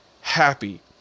happy